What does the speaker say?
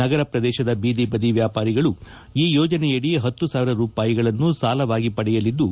ನಗರ ಪ್ರದೇಶದ ಬೀದಿ ಬದಿ ವ್ಯಾಪಾರಿಗಳು ಈ ಯೋಜನೆ ಅದಿ ಹತ್ತು ಸಾವಿರ ರೂಪಾಯಿಗಳನ್ನು ಸಾಲವಾಗಿ ಪಡೆಯಲಿದ್ದು